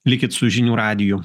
likit su žinių radiju